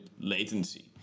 latency